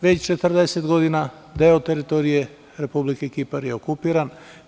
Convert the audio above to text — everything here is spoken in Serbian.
Već 40 godina deo teritorije Republike Kipar je okupiran.